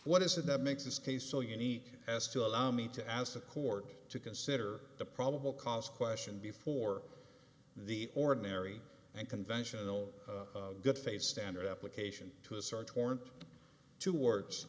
what is it that makes this case so unique as to allow me to ask the court to consider the probable cause question before the ordinary and conventional good faith standard application to a search warrant two words